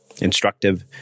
instructive